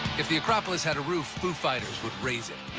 if the acropolis had a roof, foo fighters would raise it